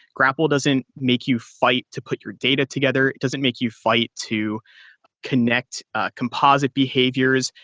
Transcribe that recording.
grapl doesn't make you fight to put your data together. it doesn't make you fight to connect composite behaviors.